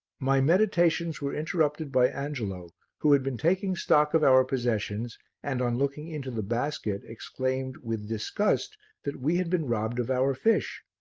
my meditations were interrupted by angelo who had been taking stock of our possessions and, on looking into the basket, exclaimed with disgust that we had been robbed of our fish.